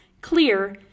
clear